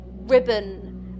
ribbon